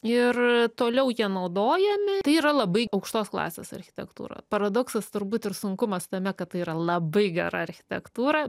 ir toliau jie naudojami tai yra labai aukštos klasės architektūra paradoksas turbūt ir sunkumas tame kad tai yra labai gera architektūra